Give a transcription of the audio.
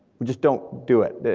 we just don't do it,